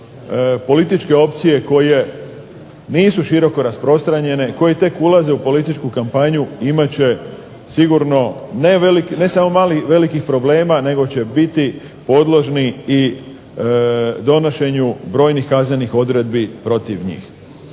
političke opcije koje nisu široko rasprostranjene, koje tek ulaze u političku kampanju imati će sigurno ne samo malih velikih problema nego će biti podložni donošenju brojnih kaznenih odredbi protiv njih.